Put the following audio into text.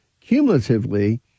cumulatively